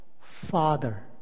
father